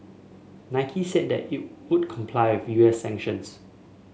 Nike said that it would comply with U S sanctions